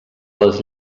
les